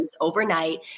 overnight